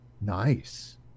Nice